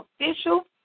official